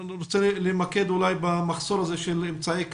אני רוצה למקד במחסור הזה של אמצעי קצה.